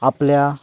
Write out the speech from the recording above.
आपल्या